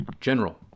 General